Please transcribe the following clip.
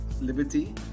liberty